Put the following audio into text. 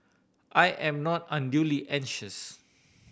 I am not unduly anxious